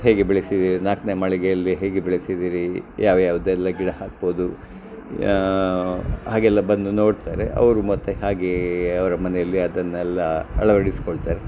ಹೇಗೆ ಬೆಳೆಸಿ ನಾಲ್ಕ್ನೆ ಮಾಳಿಗೆಯಲ್ಲಿ ಹೇಗೆ ಬೆಳೆಸಿದ್ದೀರಿ ಯಾವ ಯಾವುದೆಲ್ಲ ಗಿಡ ಹಾಕ್ಬೋದು ಹಾಗೆಲ್ಲ ಬಂದು ನೋಡ್ತಾರೆ ಅವರು ಮತ್ತೆ ಹಾಗೆಯೇ ಅವರ ಮನೆಯಲ್ಲಿ ಅದನ್ನೆಲ್ಲ ಅಳವಡಿಸ್ಕೊಳ್ತಾರೆ